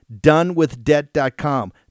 donewithdebt.com